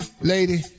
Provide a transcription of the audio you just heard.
Lady